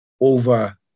over